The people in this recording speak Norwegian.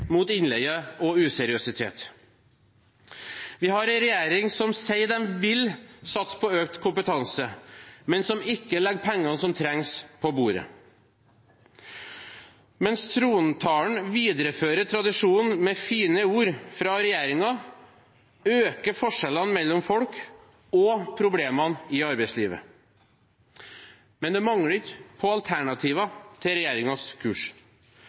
mot innleie og useriøsitet. Vi har en regjering som sier at den vil satse på økt kompetanse, men som ikke legger pengene som trengs, på bordet. Mens trontalen viderefører tradisjonen med fine ord fra regjeringen, øker forskjellene mellom folk og problemene i arbeidslivet. Men det mangler ikke på alternativer til regjeringens kurs.